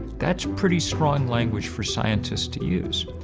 that's pretty strong language for scientists to use.